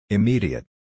Immediate